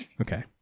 okay